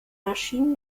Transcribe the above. maschinen